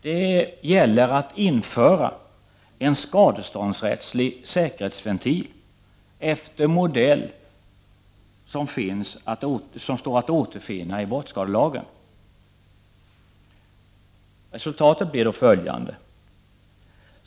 Det gäller att införa en skadeståndsrättslig ”säkerhetsventil”, efter en modell som står att återfinna i brottsskadelagen. Resultatet blir då följande.